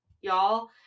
y'all